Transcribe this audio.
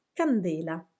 candela